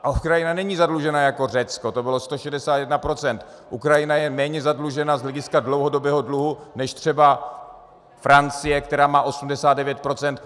Ukrajina není zadlužená jako Řecko, to bylo 161 %, Ukrajina je méně zadlužená z hlediska dlouhodobého dluhu než třeba Francie, která má 89 %.